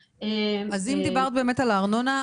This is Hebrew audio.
אז אם דיברת באמת על הארנונה,